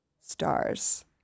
stars